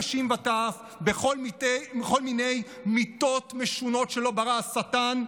נשים וטף בכל מיני מיתות משונות שלא ברא השטן,